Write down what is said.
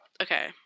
Okay